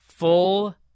Full